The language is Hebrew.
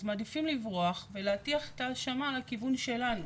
אז מעדיפים לברוח ולהטיח את האשמה לכיוון שלנו,